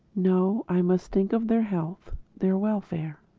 no. i must think of their health, their welfare.